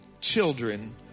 children